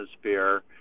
atmosphere